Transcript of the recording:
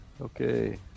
Okay